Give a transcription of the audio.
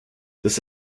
this